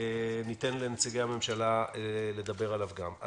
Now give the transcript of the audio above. ניתן לנציגי הממשלה לדבר עליו גם.